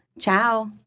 ciao